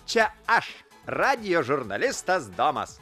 čia aš radijo žurnalistas domas